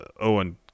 Owen